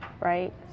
right